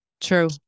True